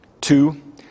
Two